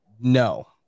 No